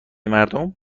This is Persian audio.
مردم